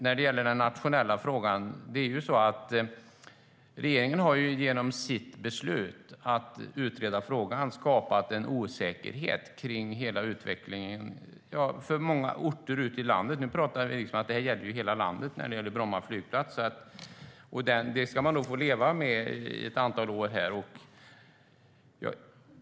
När det gäller den nationella frågan har regeringen genom sitt beslut att utreda frågan skapat en osäkerhet kring utvecklingen för många orter ute i landet. Bromma flygplats är ju en angelägenhet för hela landet. Den osäkerheten ska man få leva med i ett antal år.